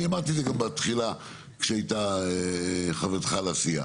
אני אמרתי גם בתחילה, כשהייתה חברתך לסיעה,